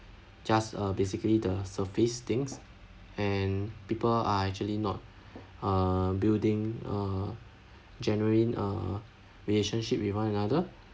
just uh basically the surface things and people are actually not uh building uh genuine uh relationship with one another